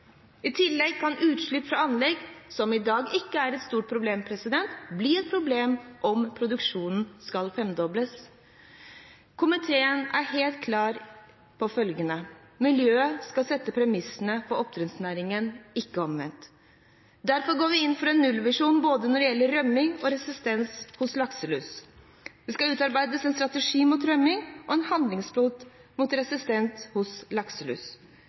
I tillegg kan utslipp fra anlegg, som i dag ikke er et stort problem, bli et problem om produksjonen skal femdobles. Komiteen er helt klar på følgende: Miljøet skal sette premissene for oppdrettsnæringen, ikke omvendt. Derfor går vi inn for en nullvisjon både når det gjelder rømning, og når det gjelder resistens hos lakselus. Det skal utarbeides en strategi mot rømning og en handlingsplan mot resistens hos lakselus.